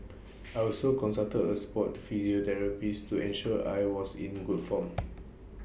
I also consulted A Sport physiotherapist to ensure I was in good form